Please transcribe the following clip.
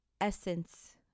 essence